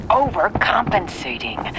overcompensating